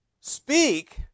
speak